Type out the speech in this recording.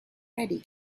ready